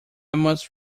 must